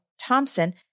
Thompson